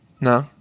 No